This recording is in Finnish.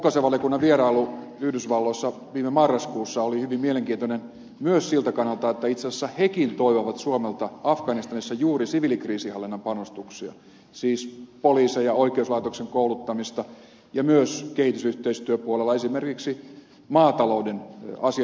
ulkoasiainvaliokunnan vierailu yhdysvalloissa viime marraskuussa oli hyvin mielenkiintoinen myös siltä kannalta että itse asiassa hekin toivovat suomelta afganistanissa juuri siviilikriisinhallinnan panostuksia siis poliiseja oikeuslaitoksen kouluttamista ja myös kehitysyhteistyöpuolella esimerkiksi maatalouden asiantuntija apua